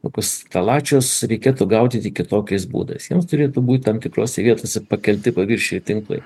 kokius reikėtų gaudyti kitokiais būdais jiems turėtų būt tam tikrose vietose pakelti paviršiuj tinklui